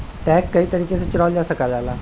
tax कई तरीके से चुकावल जा सकल जाला